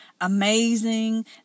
amazing